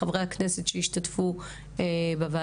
להודות לחברי הכנסת שהשתתפו בוועדה,